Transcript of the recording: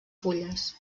fulles